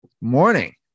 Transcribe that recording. Morning